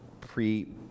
pre